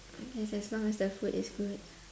I guess as long as the food is good